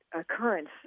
occurrence